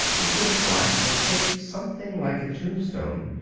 which is black and shaped something like a tombstone,